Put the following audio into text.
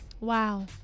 Wow